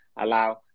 allow